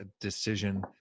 decision